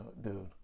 dude